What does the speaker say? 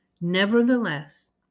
Nevertheless